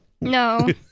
No